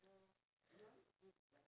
oh really